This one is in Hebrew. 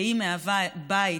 שהיא מהווה בית,